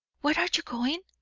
where are you going?